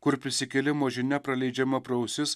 kur prisikėlimo žinia praleidžiama pro ausis